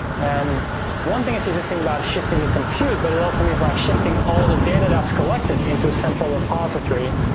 and one thing that's interesting about shifting the computer, but it also means like shifting all the data that's collected into a central repository.